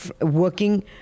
Working